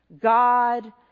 God